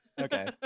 okay